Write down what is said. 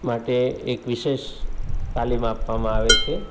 માટે એક વિશેષ તાલીમ આપવામાં આવે છે